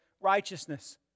righteousness